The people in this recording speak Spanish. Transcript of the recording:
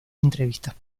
entrevistas